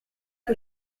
que